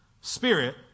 Spirit